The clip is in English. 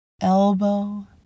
elbow